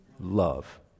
Love